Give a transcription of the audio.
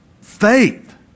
Faith